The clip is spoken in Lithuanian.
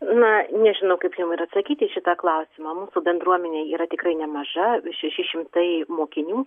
na nežinau kaip jum ir atsakyti į šitą klausimą mūsų bendruomenė yra tikrai nemaža šeši šimtai mokinių